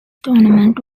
tournament